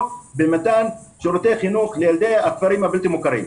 במתן שירותי חינוך לילדי הכפרים הבלתי מוכרים.